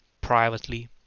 privately